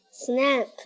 Snap